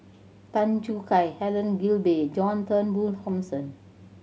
Tan Choo Kai Helen Gilbey John Turnbull Thomson